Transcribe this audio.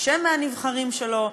להתרשם מהנבחרים שלו,